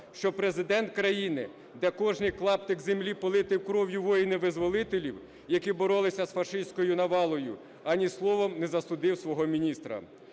що Президент країни, де кожний клаптик землі политий кров'ю воїнів-визволителів, які боролися з фашистською навалою, ані словом не засудив свого міністра.